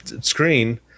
screen